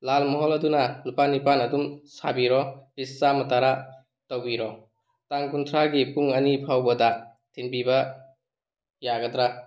ꯂꯥꯜ ꯃꯣꯍꯟ ꯑꯗꯨꯅ ꯂꯨꯄꯥ ꯅꯤꯄꯥꯜ ꯑꯗꯨꯝ ꯁꯥꯕꯤꯔꯣ ꯄꯤꯁ ꯆꯥꯃꯥ ꯇꯔꯥ ꯇꯧꯕꯤꯔꯣ ꯇꯥꯡ ꯀꯨꯟꯊ꯭ꯔꯥꯒꯤ ꯄꯨꯡ ꯑꯅꯤ ꯐꯥꯎꯕꯗ ꯊꯤꯟꯕꯤꯕ ꯌꯥꯒꯗ꯭ꯔꯥ